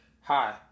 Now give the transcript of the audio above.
Hi